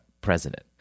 president